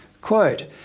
Quote